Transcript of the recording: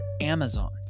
Amazon